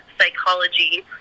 psychology